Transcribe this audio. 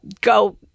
Go